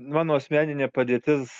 mano asmeninė padėtis